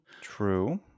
True